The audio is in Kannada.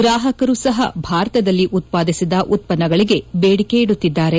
ಗ್ರಾಹಕರು ಸಹ ಭಾರತದಲ್ಲಿ ಉತ್ಪಾದಿಸಿದ ಉತ್ಪನ್ನಗಳಿಗೆ ಬೇದಿಕೆ ಇಡುತ್ತಿದ್ದಾರೆ